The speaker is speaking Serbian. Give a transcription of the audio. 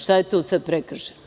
Šta je tu sada prekršaj?